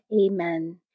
Amen